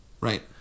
Right